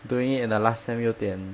doing it in the last sem 有点